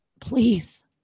Please